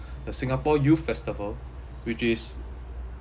the singapore youth festival which is